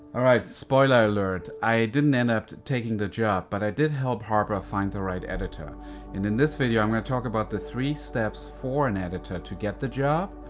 all right, spoiler alert, i didn't end up taking the job, but i did help harper find the right editor, and in this video, i'm gonna talk about the three steps for an editor to get the job,